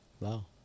Wow